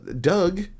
Doug